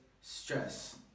stress